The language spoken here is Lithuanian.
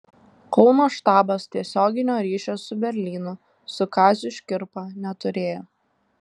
kauno štabas tiesioginio ryšio su berlynu su kaziu škirpa neturėjo